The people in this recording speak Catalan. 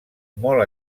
molt